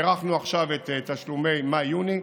הארכנו עכשיו את תשלומי מאי-יוני,